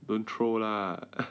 don't troll lah